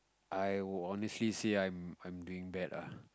I would honestly say I'm I'm doing bad ah